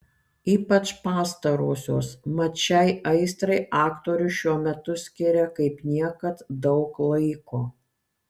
ypač pastarosios mat šiai aistrai aktorius šiuo metu skiria kaip niekad daug laiko